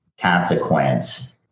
consequence